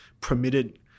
permitted